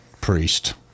priest